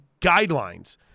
guidelines